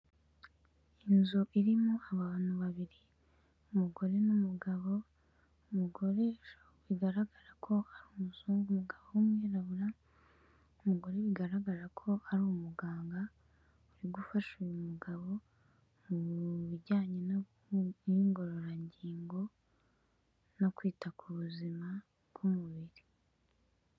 Inzu irimo abantu babiri umugore n'umugabo, umugore bigaragara ko ari umuzungu umugabo ari umwirabura, umugore bigaragara ko ari umuganga, uri gufasha uyu mugabo mu bijyanye n'ingororangingo no kwita ku buzima bw'umubiri.